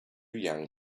young